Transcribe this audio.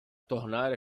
tornar